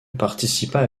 participa